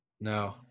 no